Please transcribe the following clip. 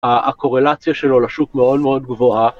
הקורלציה שלו לשוק מאוד מאוד גבוהה.